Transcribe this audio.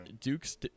Duke's